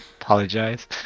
Apologize